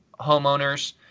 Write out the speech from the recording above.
homeowners